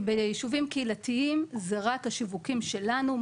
כי ביישובים קהילתיים זה רק השיווקים שלנו.